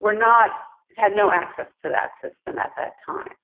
we're not. it had no access to that system at that time,